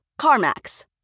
CarMax